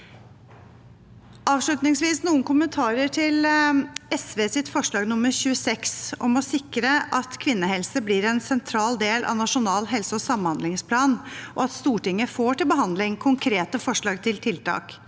noen kommentarer til SVs forslag nr. 26, om å sikre at kvinnehelse blir en sentral del av Nasjonal helse- og samhandlingsplan, og at Stortinget får til behandling konkrete forslag til tiltak.